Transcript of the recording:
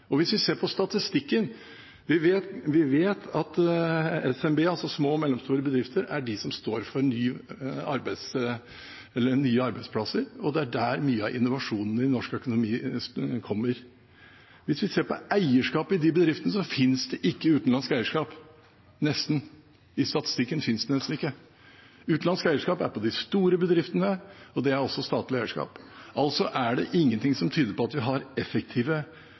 Hvis vi ser på statistikken, vet vi at SMB – små og mellomstore bedrifter – er de som står for nye arbeidsplasser, og det er der mye av innovasjonen i norsk økonomi kommer. Hvis vi ser på eierskapet i de bedriftene, fins det nesten ikke utenlandsk eierskap – i statistikken fins det nesten ikke. Utenlandsk eierskap er i de store bedriftene, og det er også statlig eierskap. Altså er det ingenting som tyder på at vi har effektive